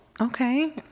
Okay